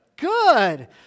Good